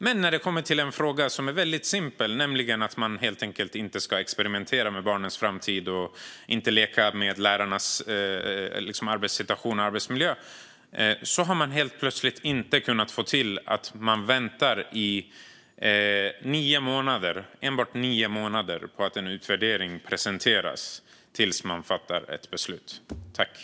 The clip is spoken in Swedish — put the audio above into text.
Men när det kommer till en fråga som är väldigt simpel, nämligen att man helt enkelt inte ska experimentera med barnens framtid och inte leka med lärarnas arbetssituation och arbetsmiljö, har man helt plötsligt inte kunnat få till att vänta i enbart nio månader på att en utvärdering presenteras innan ett beslut fattas.